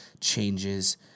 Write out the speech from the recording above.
changes